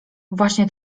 właśnie